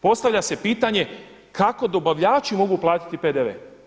Postavlja se pitanje, kako dobavljači mogu platiti PDV?